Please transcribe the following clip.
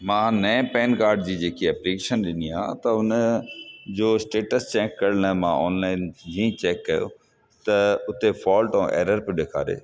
मां नएं PAN card जी जेकी अप्लीशन ॾिनी आहे त उन जो स्टेटस चैक करण लाइ मां ऑनलाइन जीअं चैक कयो त उते फॉल्ट ऐं एरर पियो ॾेखारे